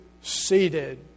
seated